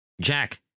Jack